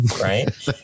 right